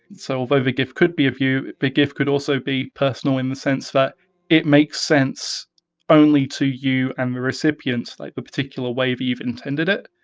so although the gif could be of you, the gif could also be personal in the sense that it makes sense only to you and the recipient, like the particular way that you intended it.